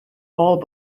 all